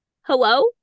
hello